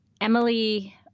Emily